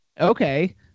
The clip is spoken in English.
Okay